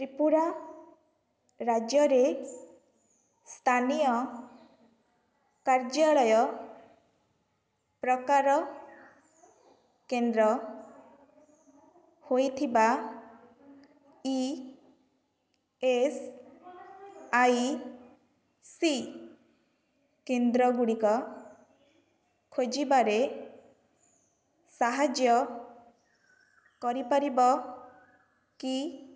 ତ୍ରିପୁରା ରାଜ୍ୟରେ ସ୍ଥାନୀୟ କାର୍ଯ୍ୟାଳୟ ପ୍ରକାର କେନ୍ଦ୍ର ହୋଇଥିବା ଇ ଏସ୍ ଆଇ ସି କେନ୍ଦ୍ରଗୁଡ଼ିକ ଖୋଜିବାରେ ସାହାଯ୍ୟ କରିପାରିବ କି